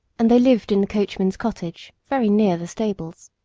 and they lived in the coachman's cottage, very near the stables.